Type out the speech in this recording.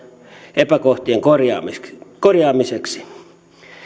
epäkohtien korjaamiseksi korjaamiseksi